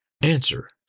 answer